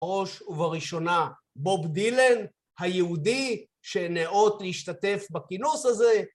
ראש ובראשונה בוב דילן היהודי שנאות להשתתף בכינוס הזה